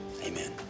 Amen